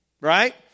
Right